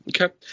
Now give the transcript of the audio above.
Okay